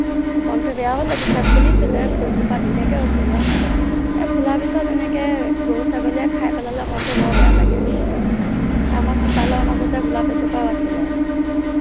মনটো বেয়াও লাগিছে ফুলিছিলে ফুলজোপা ধুনীয়াকে হৈছিলে এই ফুলাৰ পিছত এনেকে গৰু ছাগলীয়ে খাই পেলালে মনটো বৰ বেয়া লাগে আমাৰ চোতালৰ মাজতে গোলাপ এজোপাও আছিলে